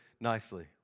nicely